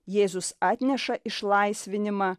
jėzus atneša išlaisvinimą